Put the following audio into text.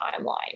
timeline